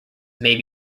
may